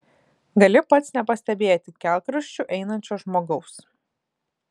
gali pats nepastebėti kelkraščiu einančio žmogaus